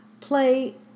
play